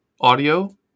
audio